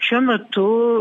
šiuo metu